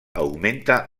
augmenta